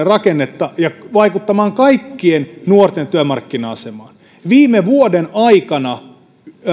rakennetta ja vaikuttamaan kaikkien nuorten työmarkkina asemaan viime vuoden aikana